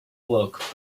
bloke